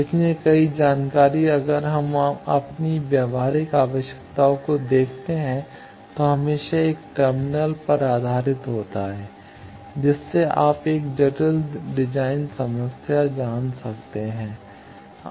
इसलिए कई जानकारी अगर हम अपनी व्यावहारिक आवश्यकता को देखते हैं तो हमेशा एक टर्मिनल आधारित होता है जिससे आप एक जटिल डिजाइन समस्या जान सकते हैं